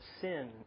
sin